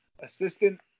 assistant